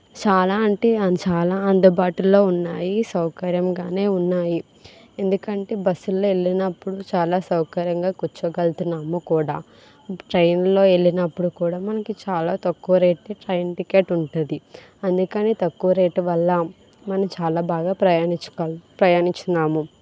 చాలా అంటే చాలా అందుబాటులో ఉన్నాయి సౌకర్యంగానే ఉన్నాయి ఎందుకంటే బస్సులో వెళ్ళినప్పుడు చాలా సౌకర్యంగా కూర్చోగలుతున్నాము కూడా ట్రైన్లో వెళ్ళినప్పుడు కూడా మనకి చాలా తక్కువ రేటుకి ట్రైన్ టికెట్ ఉంటుంది అందుకనే తక్కువ రేట్ వల్ల మనం చాలా బాగా ప్రయాణించగలం ప్రయాణిస్తున్నాము